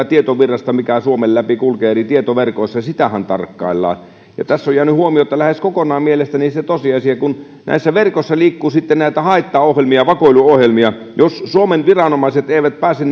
tietovirrasta mikä suomen läpi kulkee eri tietoverkoissa tarkkaillaan ja tässä on jäänyt huomiotta lähes kokonaan mielestäni se tosiasia että kun näissä verkoissa liikkuu näitä haittaohjelmia vakoiluohjelmia niin jos suomen viranomaiset eivät pääse